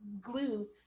glue